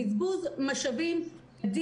זה בזבוז אדיר של משאבים.